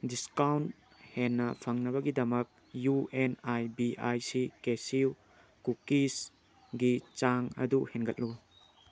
discount ꯍꯦꯟꯅ ꯐꯪꯅꯕꯒꯤꯗꯃꯛ U N I B I C cashew ꯀꯨꯀꯤꯁꯒꯤ ꯆꯥꯡ ꯑꯗꯨ ꯍꯦꯟꯒꯠꯂꯨ